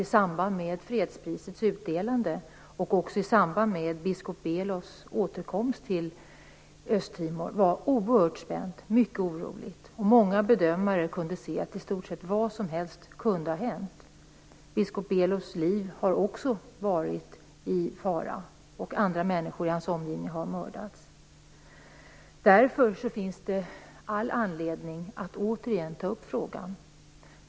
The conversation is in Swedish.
I samband med fredsprisets utdelande och i samband med biskop Belos återkomst till Östtimor var läget oerhört spänt och mycket oroligt. Många bedömde det som att i stort sett vad som helst kunde ha hänt. Biskop Belos liv har också varit i fara, och människor i hans omgivning har mördats. Därför finns det all anledning att återigen ta upp frågan.